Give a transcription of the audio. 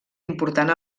important